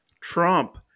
Trump